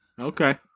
Okay